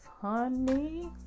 honey